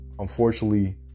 Unfortunately